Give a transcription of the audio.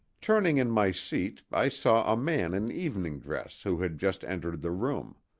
turning in my seat i saw a man in evening dress who had just entered the room.